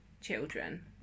children